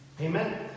Amen